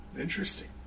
Interesting